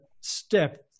step